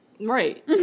right